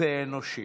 זה אנושי.